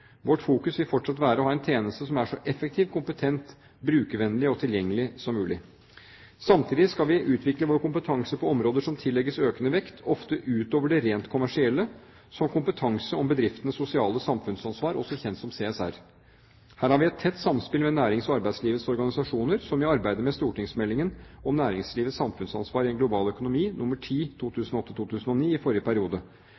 Vårt fokus vil fortsatt være å ha en tjeneste som er så effektiv, kompetent, brukervennlig og tilgjengelig som mulig. Samtidig skal vi utvikle vår kompetanse på områder som tillegges økende vekt, ofte utover det rent kommersielle, som kompetanse om bedriftenes sosiale samfunnsansvar, også kjent som CSR. Her har vi et tett samspill med nærings- og arbeidslivets organisasjoner – som i arbeidet med St.meld. nr. 10 for 2008–2009, om næringslivets samfunnsansvar i en global økonomi.